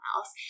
else